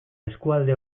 eskualde